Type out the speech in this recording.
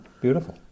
beautiful